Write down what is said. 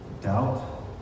doubt